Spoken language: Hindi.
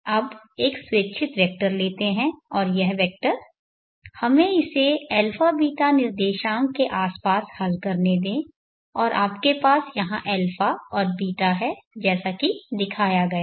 अब एक स्वेच्छित वेक्टर लेते हैं और यह वेक्टर हमें इसे αβ निर्देशांक के आसपास हल करने दें और आपके पास यहां α और β है जैसा कि दिखाया गया है